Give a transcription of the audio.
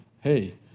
Hey